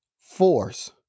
force